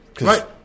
Right